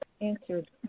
answered